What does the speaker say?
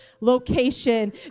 location